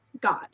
God